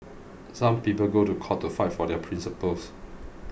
some people go to court to fight for their principles